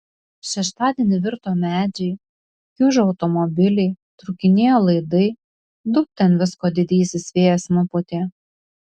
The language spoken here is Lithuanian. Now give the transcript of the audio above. šeštadienį virto medžiai kiužo automobiliai trūkinėjo laidai daug ten visko didysis vėjas nupūtė